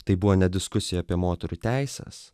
tai buvo ne diskusija apie moterų teises